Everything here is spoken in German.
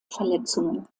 verletzungen